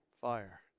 fire